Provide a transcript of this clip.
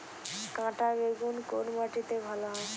কাঁটা বেগুন কোন মাটিতে ভালো হয়?